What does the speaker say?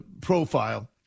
profile